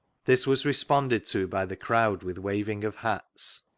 this was responded to by the crowd with waving of hats.